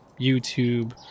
YouTube